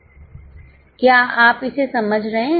क्या आप इसे समझ रहे हैं